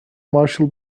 marshall